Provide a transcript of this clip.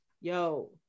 yo